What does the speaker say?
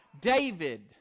David